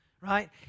right